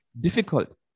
difficult